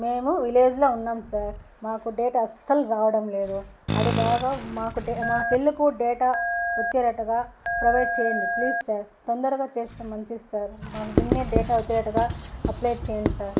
మేము విలేజ్లో ఉన్నాము సార్ మాకు డేటా అస్సలు రావడం లేదు అది బాగా మాకు మా సెల్కు డేటా వచ్చేటట్టుగా ప్రొవైడ్ చేయండి ప్లీజ్ సార్ తొందరగా చేస్తే మంచిది సార్ మాకు బిన్నే డేటా వచ్చేటట్టుగా అప్లై చేయండి సార్